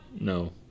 No